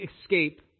escape